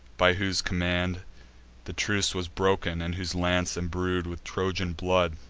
by whose command the truce was broken, and whose lance, embrued with trojan blood,